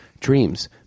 dreams